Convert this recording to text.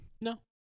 No